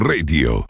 Radio